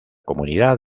comunidad